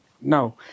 No